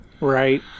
right